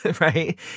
right